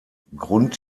grund